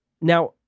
now